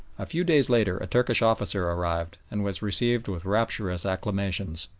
a few days later a turkish officer arrived, and was received with rapturous acclamations.